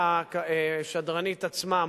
והשדרנית עצמה,